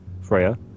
Freya